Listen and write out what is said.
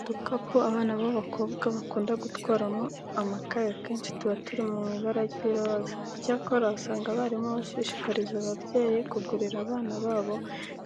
Udukapu abana b'abakobwa bakunda gutwaramo amakayi akenshi tuba turi mu ibara ry'iroze. Icyakora usanga abarimu bashishikariza ababyeyi kugurira abana babo